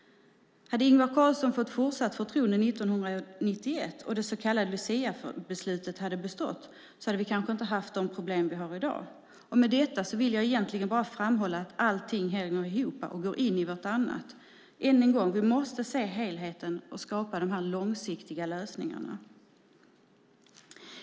Hade Ingvar Carlsson fått fortsatt förtroende 1991 och det så kallade Luciabeslutet bestått hade vi kanske inte haft de problem vi har i dag. Med detta vill jag egentligen bara framhålla att allting hänger ihop och går in i vartannat. Än en gång: Vi måste se helheten och skapa de långsiktiga lösningarna.